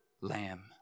lamb